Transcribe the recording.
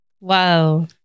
Wow